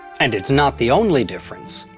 and it's not the only difference.